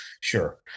Sure